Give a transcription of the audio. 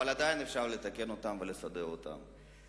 אבל עדיין אפשר לתקן אותן ולסדר אותן